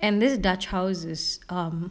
and this dutch house is um